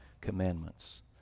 commandments